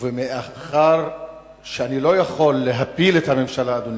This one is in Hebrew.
ומאחר שאני לא יכול להפיל את הממשלה, אדוני,